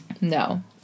No